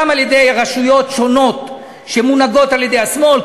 גם על-ידי רשויות שונות שמונהגות על-ידי השמאל,